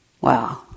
Wow